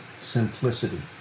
simplicity